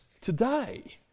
today